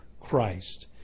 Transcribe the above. Christ